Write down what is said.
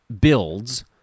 builds